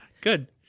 Good